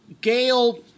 Gail